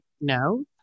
no